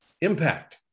impact